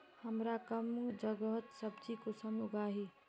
हमार कम जगहत सब्जी कुंसम उगाही?